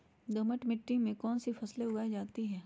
दोमट मिट्टी कौन कौन सी फसलें उगाई जाती है?